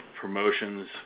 promotions